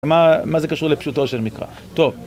מה זה קשור לפשוטו של מקרא? טוב...